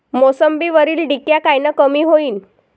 मोसंबीवरील डिक्या कायनं कमी होईल?